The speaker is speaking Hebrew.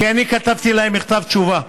כי אני כתבתי להם מכתב תשובה,